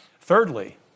Thirdly